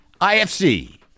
IFC